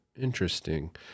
interesting